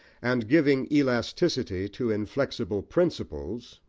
and giving elasticity to inflexible principles,